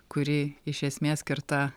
kuri iš esmės skirta